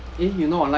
invite orh